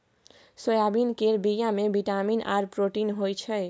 soybean केर बीया मे बिटामिन आर प्रोटीन होई छै